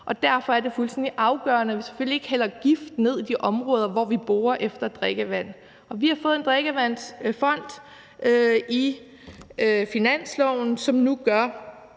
derfor er det fuldstændig afgørende, at vi selvfølgelig ikke hælder gift ned i de områder, hvor vi borer efter drikkevand. Vi har fået en drikkevandsfond i finansloven, som nu gør,